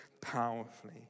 powerfully